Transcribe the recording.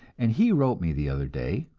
and he wrote me the other day